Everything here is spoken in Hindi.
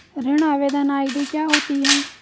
ऋण आवेदन आई.डी क्या होती है?